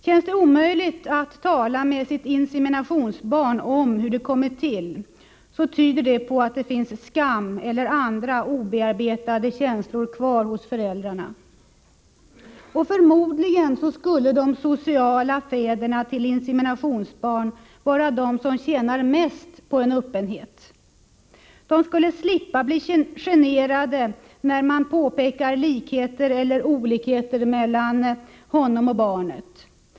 Om det känns omöjligt att tala med sitt inseminationsbarn om hur det har kommit till, tyder det på att skam och andra obearbetade känslor fortfarande tynger föräldrarna. Förmodligen skulle de sociala fäderna till inseminationsbarn vara de som tjänar mest på en öppenhet. De skulle slippa bli generade när man påpekar likheter eller olikheter mellan dem och barnen.